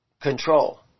control